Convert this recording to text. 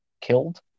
killed